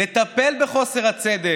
לטפל בחוסר הצדק,